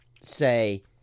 say